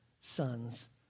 sons